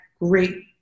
great